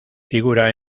figura